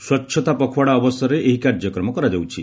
ସ୍ୱଚ୍ଚତା ପଖ୍ୱାଡ଼ା ଅବସରରେ ଏହି କାର୍ଯ୍ୟକ୍ରମ କରାଯାଉଛି